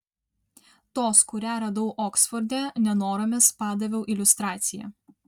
tos kurią radau oksforde nenoromis padaviau iliustraciją